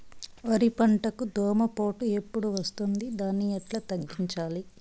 వరి పంటకు దోమపోటు ఎప్పుడు వస్తుంది దాన్ని ఎట్లా తగ్గించాలి?